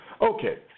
Okay